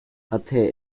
hatte